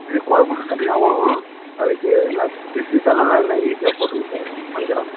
இது கொழம்புக்கு தனியாகவும் தலைக்கு என்ன பீஸ் பீஸாக நல்லா நைஸாக போட்டுடுங்க சார் வஞ்சிரம்